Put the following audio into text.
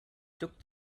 took